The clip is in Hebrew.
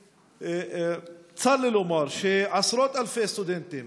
וצר לי לומר שעשרות אלפי סטודנטים